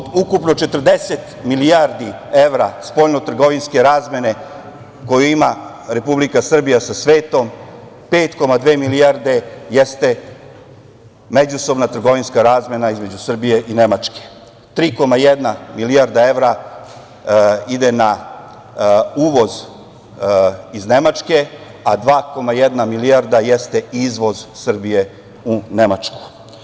Od ukupno 40 milijardi evra spoljnotrgovinske razmene koju ima Republika Srbija sa svetom, 5,2 milijarde jeste međusobna trgovinska razmena između Srbije i Nemačke, 3,1 milijarda evra ide na uvoz iz Nemačke a 2,1 milijarda jeste izvoz Srbije u Nemačku.